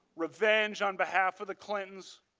revenge, on behalf of the clintons.